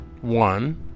one